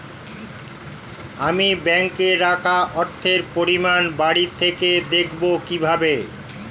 আমি ব্যাঙ্কে রাখা অর্থের পরিমাণ বাড়িতে থেকে দেখব কীভাবে?